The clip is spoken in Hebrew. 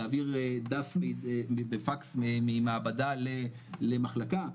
להעביר דף בפקס ממעבדה למחלקה,